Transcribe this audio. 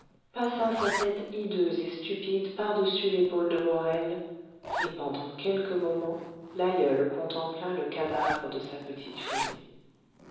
passa sa tête hideuse et stupide par-dessus l'épaule de morel et pendant quelques moments l'aïeule contempla le cadavre de sa